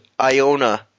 Iona